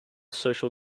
social